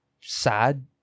sad